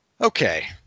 Okay